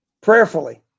Prayerfully